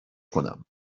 کنم